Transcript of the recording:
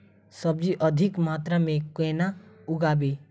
सब्जी अधिक मात्रा मे केना उगाबी?